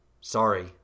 Sorry